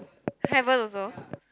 haven't also